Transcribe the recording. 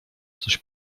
coś